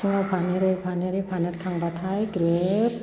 आथिङाव फानहेरै फानहेरै फानहेर खांबाथाय ग्रोब